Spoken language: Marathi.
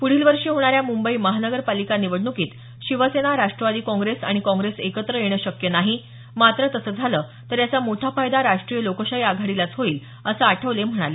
पुढील वर्षी होणाऱ्या मुंबई महापालिका निवडणुकीत शिवसेना राष्ट्रवादी काँग्रेस आणि काँग्रेस एकत्र येणं शक्य नाही मात्र तसं झालं तर याचा मोठा फायदा राष्ट्रीय लोकशाही आघाडीलाच होईल असही आठवले म्हणाले